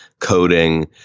coding